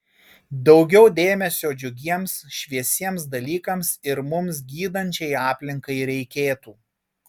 daugiau dėmesio džiugiems šviesiems dalykams ir mus gydančiai aplinkai reikėtų